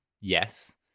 Yes